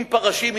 עם פרשים,